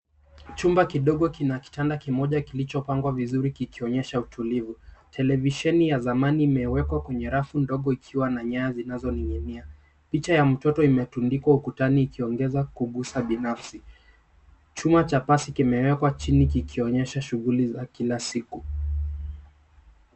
Chumba kidogo kina kitanda kimoja kilichopangwa vizuri kikionyesha utulivu. Televisheni ya zamani imewekwa kwenye rafu ndogo ikiwa na nyaya zinazoning'inia. Picha ya mtoto imetundikwa ukutani ikiongeza kugusa binafsi. Chuma cha pasi kimewekwa chini kikionyesha shughuli za kila siku.